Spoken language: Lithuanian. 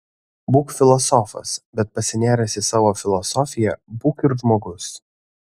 būk filosofas bet pasinėręs į savo filosofiją būk ir žmogus